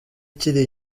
kiri